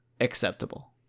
acceptable